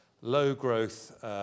low-growth